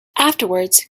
afterwards